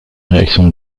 réaction